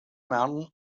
mountain